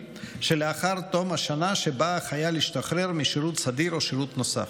שלאחר תום השנה שבה החייל השתחרר משירות סדיר או משירות נוסף.